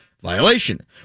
Violation